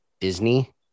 Disney